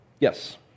Yes